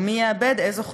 או מי יעבד איזו חלקה.